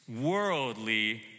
worldly